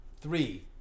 Three